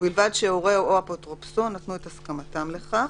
ובלבד שהורהו או אפוטרופסו נתנו את הסכמתם לכך,